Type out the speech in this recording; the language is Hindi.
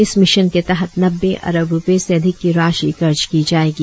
इस मिशन के तहत नब्बे अरब रुपये से अधिक की राशि खर्च की जाएगी